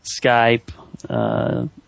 Skype